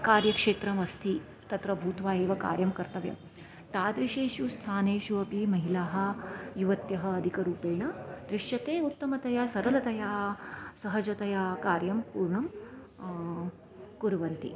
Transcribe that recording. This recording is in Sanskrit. कार्यक्षेत्रमस्ति तत्र भूत्वा एव कार्यं कर्तव्यं तादृशेषु स्थानेषु अपि महिलाः युवत्यः अधिकरूपेण दृश्यते उत्तमतया सरलतया सहजतया कार्यं पूर्णं कुर्वन्ति